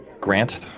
Grant